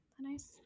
nice